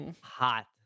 hot